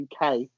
UK